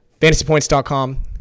fantasypoints.com